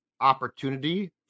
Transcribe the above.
opportunity